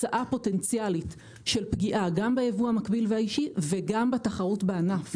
תוצאה פוטנציאלית של פגיעה גם בייבוא המקביל והאישי וגם בתחרות בענף.